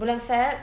bulan feb~